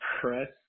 press